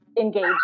engaged